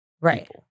Right